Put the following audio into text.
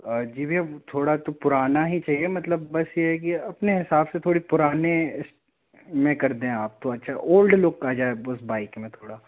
जी भइया थोड़ा तो पुराना ही चाहिए मतलब बस ये है कि अपने हिसाब से थोड़ी पुराने में कर दें आप तो अच्छा ओल्ड लुक आ जाए बस बाइक में थोड़ा